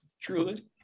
Truly